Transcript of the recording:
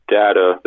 data